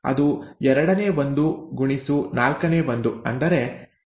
ಅದು ½ x ¼ ಅಂದರೆ ⅛ ಆಗಿರುತ್ತದೆ